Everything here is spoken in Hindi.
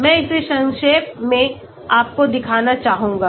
मैं इसे संक्षेप में आपको दिखाना चाहूंगा